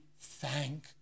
thank